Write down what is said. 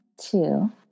two